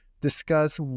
discuss